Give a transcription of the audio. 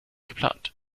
geplant